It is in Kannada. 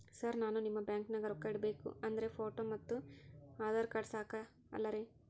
ಸರ್ ನಾನು ನಿಮ್ಮ ಬ್ಯಾಂಕನಾಗ ರೊಕ್ಕ ಇಡಬೇಕು ಅಂದ್ರೇ ಫೋಟೋ ಮತ್ತು ಆಧಾರ್ ಕಾರ್ಡ್ ಸಾಕ ಅಲ್ಲರೇ?